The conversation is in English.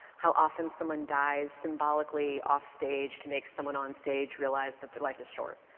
how often someone dies symbolically offstage to make someone on stage realize that their life is short.